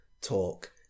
talk